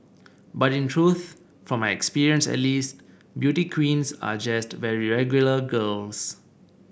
but in truth from my experience at least beauty queens are just very regular girls